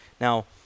Now